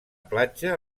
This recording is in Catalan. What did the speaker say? platja